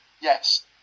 Yes